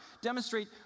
demonstrate